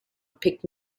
pick